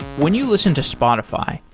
when you listen to spotify,